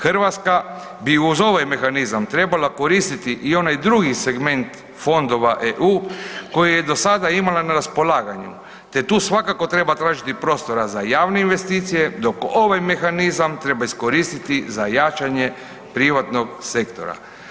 Hrvatska bi uz ovaj mehanizam trebala koristiti i onaj drugi segment fondova EU koji je do sada imala na raspolaganju te tu svakako treba tražiti prostora za javne investicije dok ovaj mehanizma treba iskoristiti za jačanje privatnog sektora.